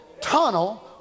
tunnel